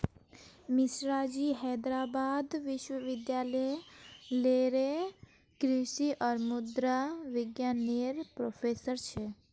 मिश्राजी हैदराबाद विश्वविद्यालय लेरे कृषि और मुद्रा विज्ञान नेर प्रोफ़ेसर छे